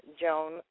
Joan